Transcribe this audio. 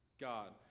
God